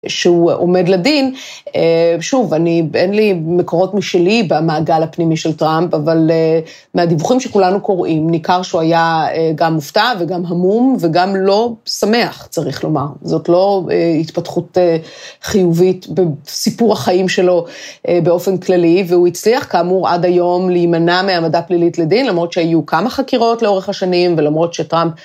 שהוא עומד לדין, שוב, אני, אין לי מקורות משלי במעגל הפנימי של טראמפ, אבל מהדיווחים שכולנו קוראים, ניכר שהוא היה גם מופתע וגם המום, וגם לא שמח, צריך לומר, זאת לא התפתחות חיובית בסיפור החיים שלו באופן כללי, והוא הצליח כאמור עד היום להימנע מהעמדה פלילית לדין, למרות שהיו כמה חקירות לאורך השנים, ולמרות שטראמפ...